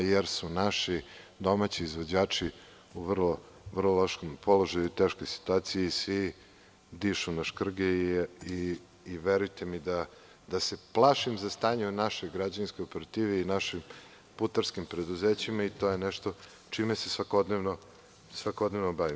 Naime, naši domaći izvođači su u vrlo lošem položaju i teškoj situaciji, svi dišu na škrge i verujte mi da se plašim za stanje u našoj građevinskoj operativi i našim putarskim preduzećima i to je nešto čime se svakodnevno bavim.